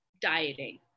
dieting